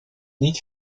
niet